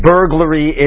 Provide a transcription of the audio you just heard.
Burglary